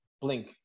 Blink